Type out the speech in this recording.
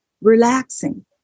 relaxing